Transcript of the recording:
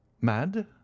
mad